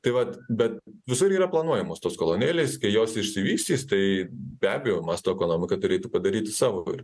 tai vat bet visur yra planuojamos tos kolonėlės kai jos išsivystys tai be abejo masto ekonomika turėtų padaryti savo ir